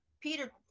Peter